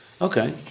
Okay